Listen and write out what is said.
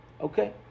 Okay